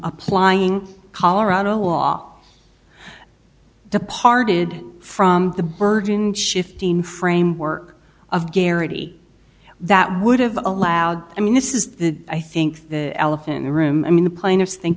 applying colorado law departed from the burdened shifting framework of garrity that would have allowed i mean this is the i think the elephant in the room i mean the plaintiffs think